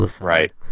Right